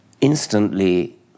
instantly